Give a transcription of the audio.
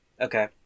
okay